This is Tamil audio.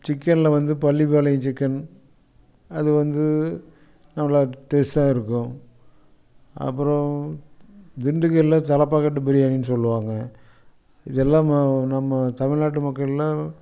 சிக்கனில் வந்து பள்ளிபாளையம் சிக்கன் அது வந்து நல்லா டேஸ்டாக இருக்கும் அப்புறம் திண்டுக்கலில் தலப்பாக்கட்டு பிரியாணின்னு சொல்லுவாங்க இதெல்லாம் மா நம்ம தமிழ்நாட்டு மக்களில்